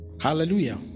Hallelujah